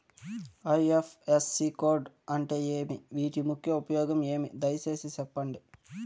IFSC code అంటే ఏమి? వీటి ముఖ్య ఉపయోగం ఏమి? దయసేసి సెప్పండి?